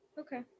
Okay